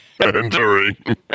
entering